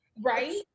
right